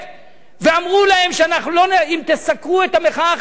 ואמרו להם: אם תסקרו את המחאה החברתית,